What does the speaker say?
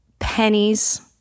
pennies